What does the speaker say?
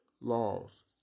Laws